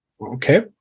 Okay